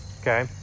Okay